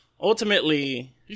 ultimately